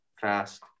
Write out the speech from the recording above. fast